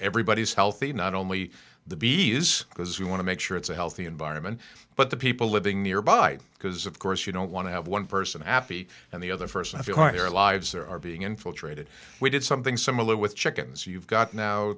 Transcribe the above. everybody is healthy not only the bees because we want to make sure it's a healthy environment but the people living nearby because of course you don't want to have one person appy and the other person if your partner lives there are being infiltrated we did something similar with chickens you've got now